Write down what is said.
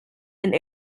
and